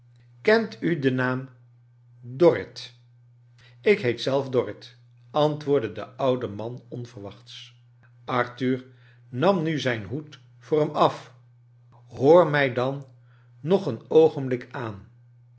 kent u den naam dorrit ik heet zelf dorrit antwoordde de oude man onverwachts arthur nam nu zijn hoed voor hem af hoor mij dan nog een oogenblik aan